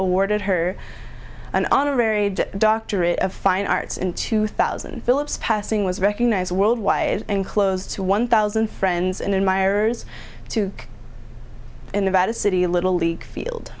awarded her an honorary doctorate of fine arts in two thousand fillips passing was recognized worldwide in close to one thousand friends and admirers to in about a city a little league field